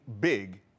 big